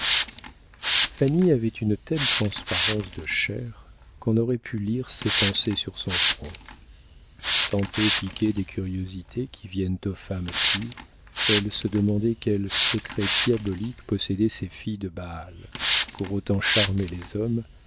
fanny avait une telle transparence de chair qu'on aurait pu lire ses pensées sur son front tantôt piquée des curiosités qui viennent aux femmes pures elle se demandait quels secrets diaboliques possédaient ces filles de baal pour autant charmer les hommes